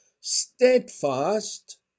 steadfast